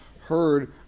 heard